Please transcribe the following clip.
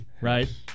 right